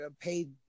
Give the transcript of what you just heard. paid